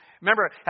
Remember